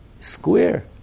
square